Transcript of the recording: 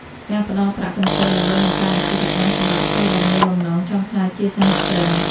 ការផ្តល់ប្រាក់កម្ចីដើម្បីបង្កើតអាជីវកម្ម សម្រាប់សិស្សដែលមានបំណងចង់ក្លាយជាសហគ្រិន។